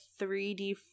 3D